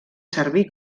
servir